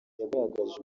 yagaragaje